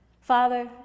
Father